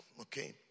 Okay